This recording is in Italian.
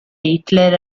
hitler